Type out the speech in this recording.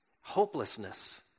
hopelessness